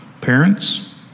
parents